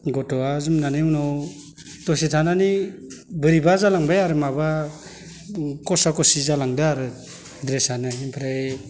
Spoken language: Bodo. गथ'आ जोमनानै उनाव दसे थानानै बोरैबा जालांबाय आरो माबा खसा खसि जालांदों आरो द्रेसानो ओमफ्राय